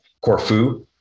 Corfu